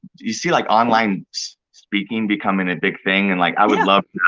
you see like online speaking becoming a big thing and like, i would love